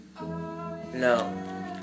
no